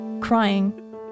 crying